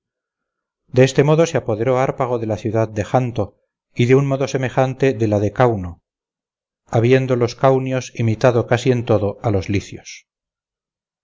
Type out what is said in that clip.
de este modo se apoderó hárpago de la ciudad de janto y de un modo semejante de la de cauno habiendo los caunios imitado casi en todo a los licios